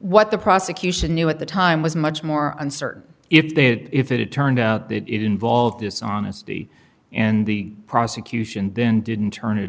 what the prosecution knew at the time was much more uncertain if they if it turned out that it involved dishonesty and the prosecution didn't didn't turn it